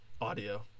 audio